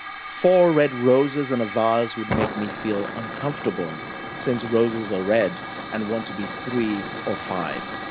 four red roses in a vase would make me feel uncomfortable since roses are red and want to be three or five.